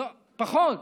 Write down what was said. פחות?